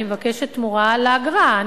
אני מבקשת תמורה לאגרה.